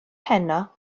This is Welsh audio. heno